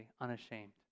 unashamed